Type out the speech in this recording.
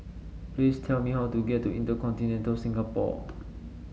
please tell me how to get to InterContinental Singapore